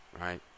right